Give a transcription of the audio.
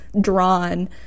drawn